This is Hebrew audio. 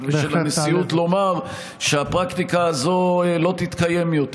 ושל הנשיאות לומר שהפרקטיקה הזאת לא תתקיים יותר.